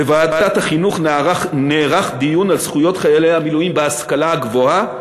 בוועדת החינוך נערך דיון על זכויות חיילי המילואים בהשכלה הגבוהה,